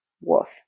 Wolf